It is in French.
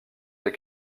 des